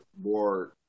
more